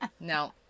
no